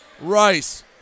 Rice